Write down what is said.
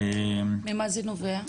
ממה זה נובע?